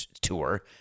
tour